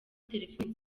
telephone